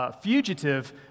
Fugitive